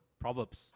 Proverbs